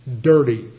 dirty